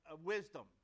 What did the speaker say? wisdom